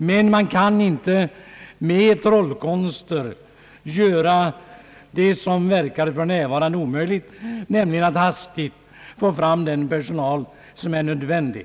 Men man kan inte med trollkonster göra det som för närvarande verkar omöjligt, nämligen att hastigt få fram den personal som är nödvändig.